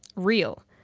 real.